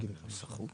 דיברתם עם הנסחות?